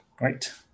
right